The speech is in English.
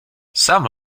some